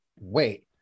wait